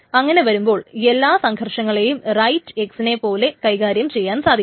അങ്ങനെ വരുമ്പോൾ എല്ലാ സംഘർഷങ്ങളേയും റൈറ്റ് x നെപ്പോലെ കൈകാര്യം ചെയ്യാൻ സാധിക്കും